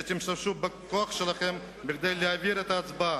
שתשתמשו בכוח שלכם כדי להעביר את ההצעה